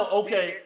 okay